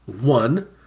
One